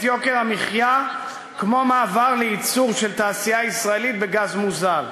יוקר המחיה כמו מעבר לייצור של תעשייה ישראלית בגז מוזל.